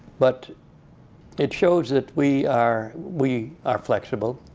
but it shows that we are we are flexible,